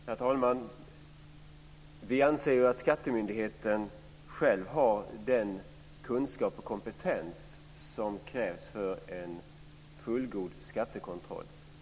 Herr talman! Vi anser att skattemyndigheten själv har den kunskap och kompetens som krävs för en fullgod skattekontroll.